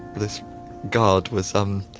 this guard was ummm,